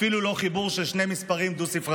אפילו לא חיבור של שני מספרים דו-ספרתיים.